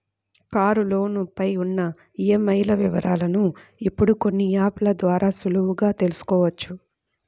కారులోను పై ఉన్న ఈఎంఐల వివరాలను ఇప్పుడు కొన్ని యాప్ ల ద్వారా సులువుగా తెల్సుకోవచ్చు